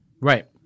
Right